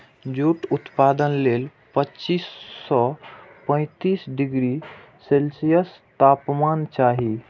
jute उत्पादन लेल पच्चीस सं पैंतीस डिग्री सेल्सियस तापमान चाही